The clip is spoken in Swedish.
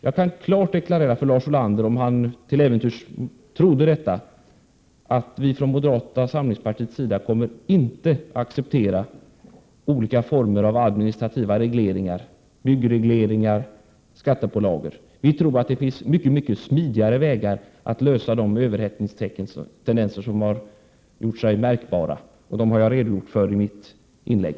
Jag kan klart deklarera för Lars Ulander att vi från moderata samlingspartiets sida inte — för den händelse han nu trodde det — kommer att acceptera olika former av administrativa regleringar, byggregleringar eller skattepålagor. Vi tror att det finns mycket smidigare vägar att komma till rätta med de överhettningstendenser som har gjort sig märkbara. Dem har jag redogjort för i mitt inlägg.